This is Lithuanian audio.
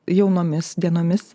jaunomis dienomis